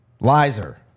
lizer